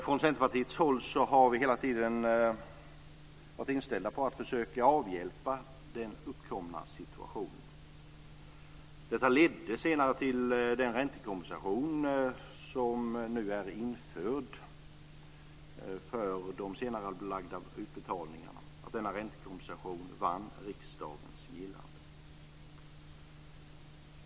Från Centerpartiet har vi hela tiden varit inställda på att försöka avhjälpa den uppkomna situationen. Detta ledde senare till att den räntekompensation för de senarelagda betalningarna vann riksdagens gillande och är nu införd.